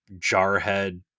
jarhead